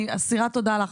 אני אסירת תודה לך.